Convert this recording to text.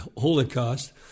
Holocaust